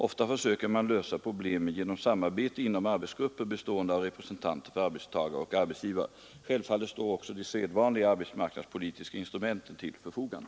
Ofta försöker man lösa problemen genom samarbete inom arbetsgrupper bestående av representanter för arbetstagare och arbetsgivare. Självfallet står också de sedvanliga arbetsmarknadspolitiska instrumenten till förfogande.